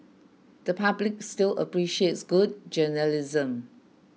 the public still appreciates good journalism